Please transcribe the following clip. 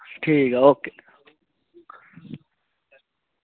ठीक ऐ ओके